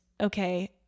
okay